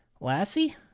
Lassie